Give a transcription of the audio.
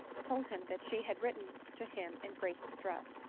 told him that she had written to him in great distress,